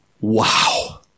Wow